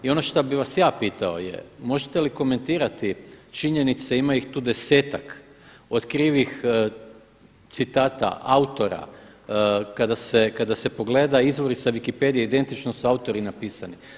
I ono šta bih vas ja pitao je možete li komentirati činjenice, ima ih tu desetak od krivih citata, autora kada se pogleda izvori sa wikipedije identično su autori napisani.